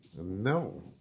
No